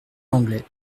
anglais